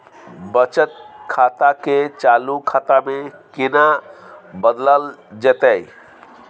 बचत खाता के चालू खाता में केना बदलल जेतै?